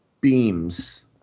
beams